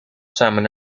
samen